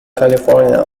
california